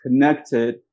connected